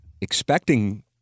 expecting